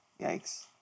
Yikes